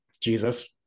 Jesus